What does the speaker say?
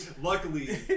Luckily